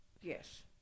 Yes